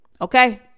Okay